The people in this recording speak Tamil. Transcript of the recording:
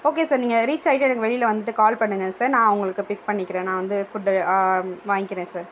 ஓகே சார் நீங்கள் ரீச்சாகிட்டு எனக்கு வெளியில் வந்துட்டு கால் பண்ணுங்க சார் நான் உங்களுக்கு பிக் பண்ணிக்கிறேன் நான் வந்து ஃபுட்டு வாங்கிக்கிறேன் சார்